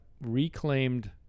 reclaimed